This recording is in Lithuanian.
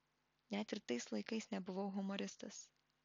net ir tais laikais nebuvau humoristas